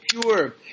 pure